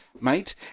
mate